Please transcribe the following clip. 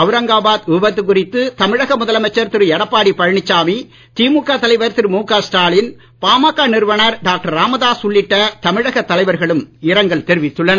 அவுரங்காபாத் விபத்து குறித்து தமிழக முதலமைச்சர் திரு எடப்பாடி பழனிசாமி திமுக தலைவர் திரு முக ஸ்டாலின் பாமக நிறுவனர் டாக்டர் ராமதாஸ் உள்ளிட்ட தமிழக தலைவர்களும் இரங்கல் தெரிவித்துள்ளனர்